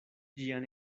ĝian